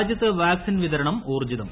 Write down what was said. രാജ്യത്ത് വാക്സിൻ വിതരണം ഊർജ്ജിതം